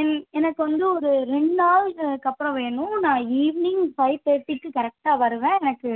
என் எனக்கு வந்து ஒரு ரெண்டு நாள் அதுக்கப்புறம் வேணும் நான் ஈவ்னிங் ஃபைவ் தேர்ட்டிக்கு கரெக்டாக வருவேன் எனக்கு